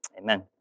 amen